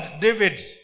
David